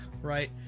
right